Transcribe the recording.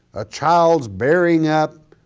a child's bearing up,